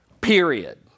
period